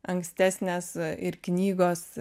ankstesnės ir knygos